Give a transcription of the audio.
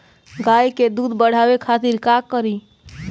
गाय के दूध बढ़ावे खातिर का करी?